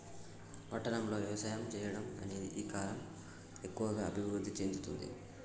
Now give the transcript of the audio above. పట్టణం లో వ్యవసాయం చెయ్యడం అనేది ఈ కలం లో ఎక్కువుగా అభివృద్ధి చెందుతుంది